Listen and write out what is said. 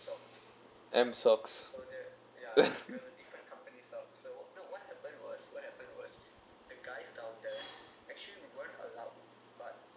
M sucks